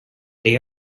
they